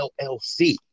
LLC